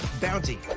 Bounty